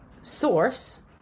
source